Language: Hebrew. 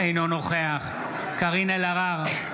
אינו נוכח קארין אלהרר,